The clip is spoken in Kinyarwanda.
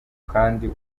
kandi